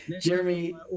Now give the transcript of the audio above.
Jeremy